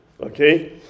Okay